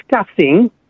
discussing